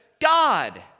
god